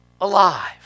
alive